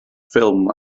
ffilm